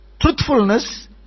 truthfulness